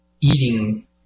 eating